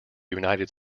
united